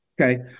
okay